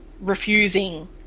refusing